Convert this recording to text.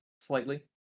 slightly